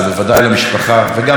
וגם לנו כעם וכחברה,